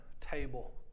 table